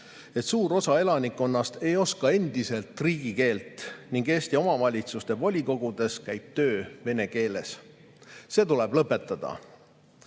et suur osa elanikkonnast ei oska endiselt riigikeelt ning Eesti omavalitsuste volikogudes käib töö vene keeles. See tuleb lõpetada.